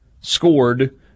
scored